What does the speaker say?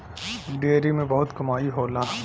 dairy में बहुत कमाई होला